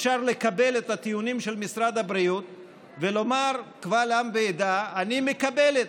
אפשר לקבל את הטיעונים של משרד הבריאות ולומר קבל עם ועדה: אני מקבלת,